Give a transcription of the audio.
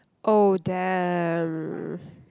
oh !damn!